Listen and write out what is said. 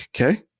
Okay